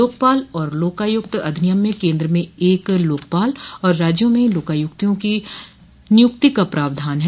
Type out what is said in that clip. लोकपाल और लोकायुक्त अधिनियम में केंद्र में एक लोकपाल और राज्यों में लोकायुक्तों की नियुक्ति का प्रावधान है